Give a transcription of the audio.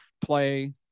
play